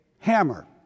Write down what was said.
Hammer